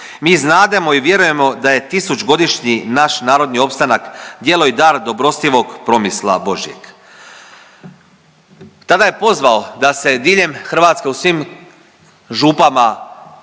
mi znademo i vjerujemo da je tisućgodišnji naš narodni opstanak djelo i dar dobrostivog promisla Božjeg. Tada je pozvao da se diljem Hrvatske u svim župama svečano